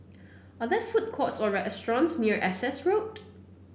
are there food courts or restaurants near Essex Road